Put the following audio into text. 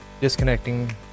disconnecting